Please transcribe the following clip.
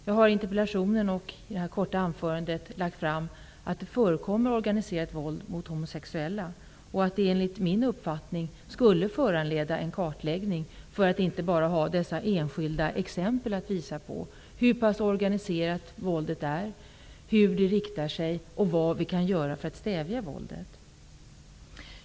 Jag har i min interpellation och i detta korta anförande fört fram att det förekommer organiserat våld mot homosexuella och att det enligt min uppfattning skulle föranleda en kartläggning för att vi inte bara skall ha dessa enskilda exempel att visa på när det gäller frågan om hur pass organiserat våldet är, hur det riktar sig och vad vi kan göra för att stävja våldet.